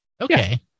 Okay